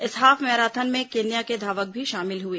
इस half marathon में Kenya के धावक भी शामिल हुए